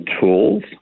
tools